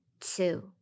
two